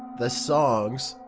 the songs?